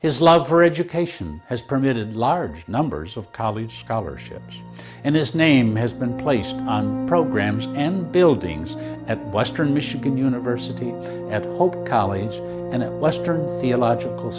his love for education has permitted large numbers of college scholarships and his name has been placed on programs and buildings at western michigan university at hope college and western see a logical